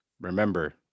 Remember